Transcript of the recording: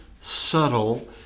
subtle